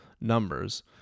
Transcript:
numbers